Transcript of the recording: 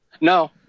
No